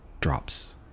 drops